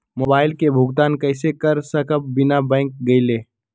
Mobile के भुगतान कईसे कर सकब बिना बैंक गईले?